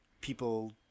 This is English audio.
people